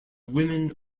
women